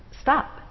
stop